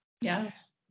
Yes